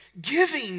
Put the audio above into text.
Giving